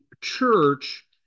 church